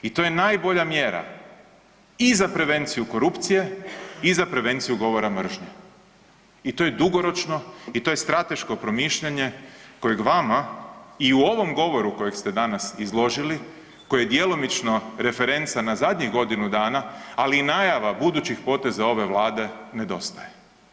I to je najbolja mjera i za prevenciju korupcije i za prevenciju govora mržnje i to je dugoročno i to je strateško promišljanje kojeg vama i u ovom govoru kojeg ste danas izložili koje je djelomično referenca na zadnjih godinu dana, ali i najava budućih poteza ove Vlade nedostaje.